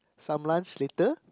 some lunch later